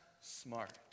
smart